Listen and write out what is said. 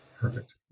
Perfect